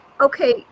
okay